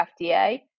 FDA